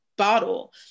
bottle